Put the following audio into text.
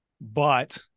but-